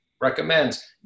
recommends